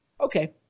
Okay